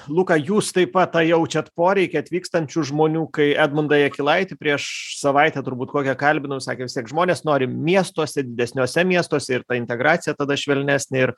luka jūs taip pat tą jaučiat poreikį atvykstančių žmonių kai edmundą jakilaitį prieš savaitę turbūt kokią kalbinau ir sakė vistiek žmonės nori miestuose didesniuose miestuose ir ta integracija tada švelnesnė ir